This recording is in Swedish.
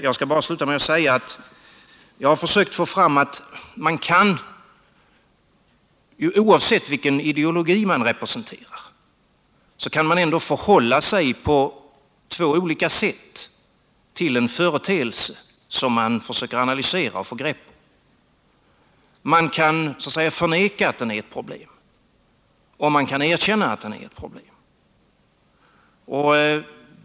Jag skall sluta med att säga att det jag försökt föra fram är att oavsett vilken ideologi man representerar, så kan man ändå förhålla sig på två olika sätt till en företeelse som man försöker analysera och få grepp om: man kan förneka att den är ett problem, och man kan erkänna att den är ett problem.